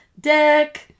Deck